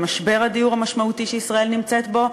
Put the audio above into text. למשבר הדיור המשמעותי שישראל נמצאת בו,